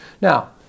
Now